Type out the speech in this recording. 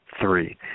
three